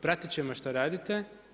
Pratit ćemo šta radite.